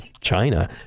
China